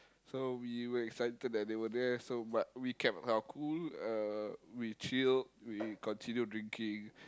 so we were excited that they were there so but we kept our cool uh we chill we continued drinking